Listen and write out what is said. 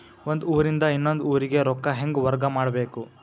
ಒಂದ್ ಊರಿಂದ ಇನ್ನೊಂದ ಊರಿಗೆ ರೊಕ್ಕಾ ಹೆಂಗ್ ವರ್ಗಾ ಮಾಡ್ಬೇಕು?